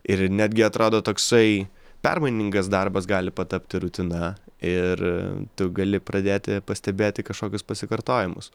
ir netgi atrado toksai permainingas darbas gali patapti rutina ir tu gali pradėti pastebėti kažkokius pasikartojimus